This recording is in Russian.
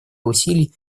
усилий